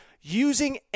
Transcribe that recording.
using